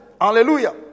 Hallelujah